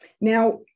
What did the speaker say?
Now